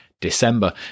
December